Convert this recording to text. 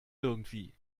irgendwie